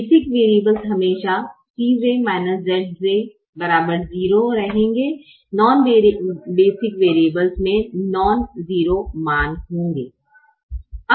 basic variables हमेशा Cj Zj 0 रहेंगे non - basic variables में नॉन 0 मान होंगे